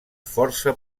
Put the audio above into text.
força